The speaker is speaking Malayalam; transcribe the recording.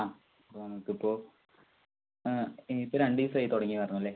ആ അപ്പം നമുക്കിപ്പോൾ ഇപ്പോൾ രണ്ടു ദിവസമായി വരുന്നു അല്ലേ